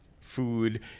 Food